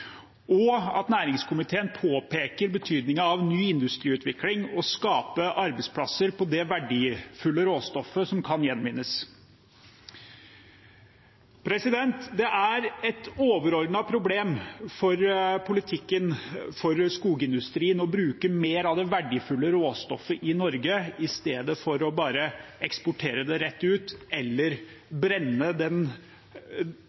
og der næringskomiteen påpeker betydningen av ny industriutvikling og å skape arbeidsplasser på det verdifulle råstoffet som kan gjenvinnes. Det er et overordnet problem for politikken for skogindustrien å bruke mer av det verdifulle råstoffet i Norge, i stedet for bare å eksportere det rett ut eller